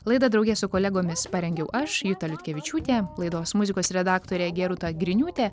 laidą drauge su kolegomis parengiau aš juta liutkevičiūtė laidos muzikos redaktorė geruta griniūtė